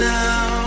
now